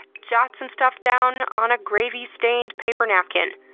jot some stuff down on a gravy-stained paper napkin.